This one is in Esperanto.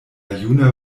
juna